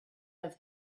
have